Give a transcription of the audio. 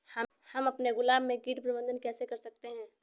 हम अपने गुलाब में कीट प्रबंधन कैसे कर सकते है?